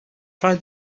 try